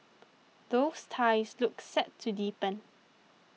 those ties look set to deepen